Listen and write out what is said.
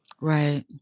Right